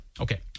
Okay